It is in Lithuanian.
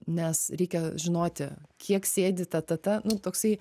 nes reikia žinoti kiek sėdi ta ta ta nu toksai